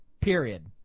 Period